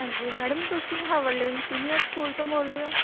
ਹਾਂਜੀ ਮੈਡਮ ਤੁਸੀਂ ਹੋਵਲੇਨ ਸੀਨੀਅਰ ਸਕੂਲ ਤੋਂ ਬੋਲਦੇ ਹੋ